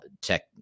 tech